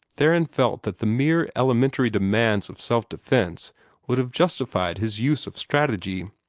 theron felt that the mere elementary demands of self-defence would have justified his use of strategy.